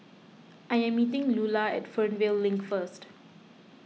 I am meeting Lulah at Fernvale Link first